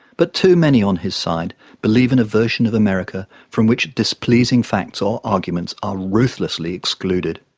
but too many on his side believe in a version of america from which displeasing facts or arguments are ruthlessly excluded.